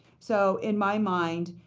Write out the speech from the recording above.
so in my mind,